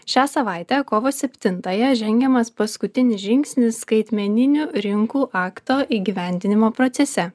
šią savaitę kovo septintąją žengiamas paskutinis žingsnis skaitmeninių rinkų akto įgyvendinimo procese